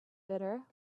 bitter